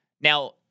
Now